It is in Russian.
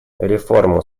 реформу